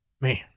Man